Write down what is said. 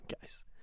guys